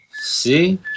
See